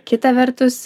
kita vertus